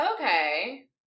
Okay